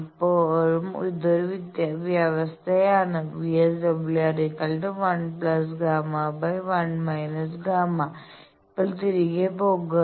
എപ്പോഴും ഇതൊരു വ്യവസ്ഥയാണ് VSWR 1∣Γ∣ 1−∣Γ∣ ഇപ്പോൾ തിരികെ പോകുക